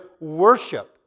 worship